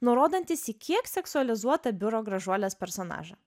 nurodantis į kiek seksualizuotą biuro gražuolės personažą